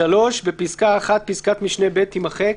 3. בפסקה (1), פסקת משנה (ב) תימחק.